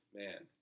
man